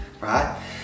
right